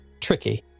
tricky